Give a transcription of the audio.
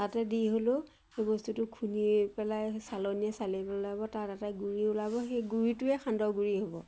তাতে দি হ'লেও সেই বস্তুটো খুন্দি পেলাই চালনীয়ে চালিব লাগিব তাত এটা গুড়ি ওলাব সেই গুড়িটোৱে সান্দহ গুড়ি হ'ব